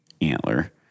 antler